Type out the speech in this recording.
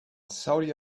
saudi